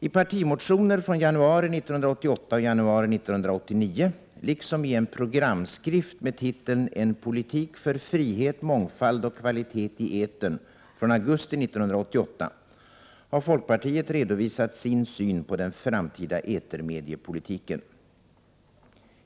I partimotioner, väckta i januari 1988 och januari 1989, liksom i en programskrift med titeln ”En politik för frihet, mångfald och kvalitet i etern” från augusti 1988, har folkpartiet redovisat sin syn på den framtida etermediepolitiken.